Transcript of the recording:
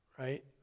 Right